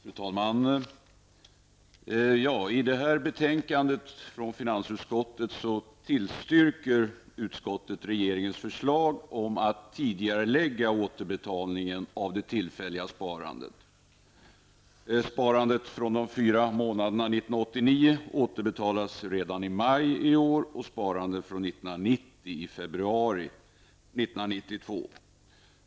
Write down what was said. Fru talman! I detta betänkande från finansutskottet tillstyrker utskottet regeringens förslag om ett tidigareläggande av återbetalningen av det tillfälliga sparandet. Sparandet från de fyra månaderna 1989 återbetalas redan i maj i år, och sparandet från 1990 i februari 1992.